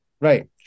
Right